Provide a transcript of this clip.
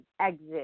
exit